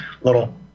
little